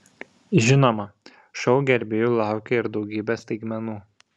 žinoma šou gerbėjų laukia ir daugybė staigmenų